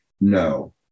no